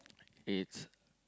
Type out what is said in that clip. it's